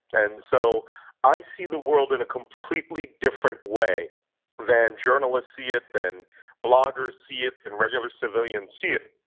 and so i see the world in a completely different way than journalists see it, than bloggers see it and regular civilians see it.